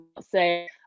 say